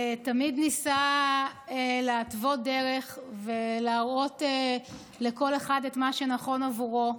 תמיד ניסה להתוות דרך ולהראות לכל אחד את מה שנכון עבורו.